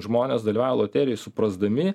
žmonės dalyvauja loterijoj suprasdami